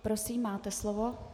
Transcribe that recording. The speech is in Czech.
Prosím, máte slovo.